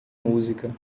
música